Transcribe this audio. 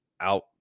out